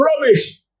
Rubbish